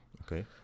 Okay